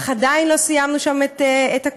אך עדיין לא סיימנו שם את הכול.